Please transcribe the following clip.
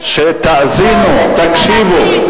שיש להן מה להגיד,